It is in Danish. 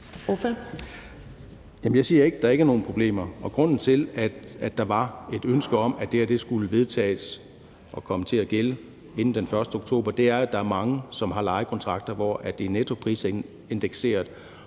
jeg siger ikke, der ikke er nogen problemer. Og grunden til, at der var et ønske om, at det her skulle vedtages og komme til at gælde inden den 1. oktober, er, at der er mange, som har lejekontrakter, der er nettoprisindekseret,